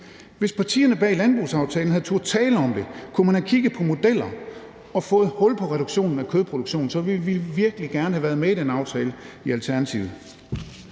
Hvis partierne bag landbrugsaftalen havde turdet tale om det, kunne man have kigget på modeller og fået hul på reduktionen af kødproduktion, og så ville vi i Alternativet virkelig gerne have været med i den aftale. Den